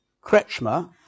Kretschmer